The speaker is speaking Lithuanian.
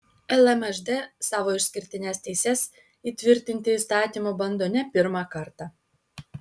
lmžd savo išskirtines teises įtvirtinti įstatymu bando ne pirmą kartą